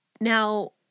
now